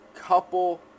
Couple